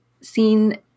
seen